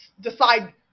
decide